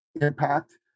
impact